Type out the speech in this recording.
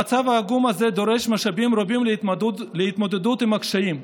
המצב העגום הזה דורש משאבים רבים להתמודדות עם הקשיים.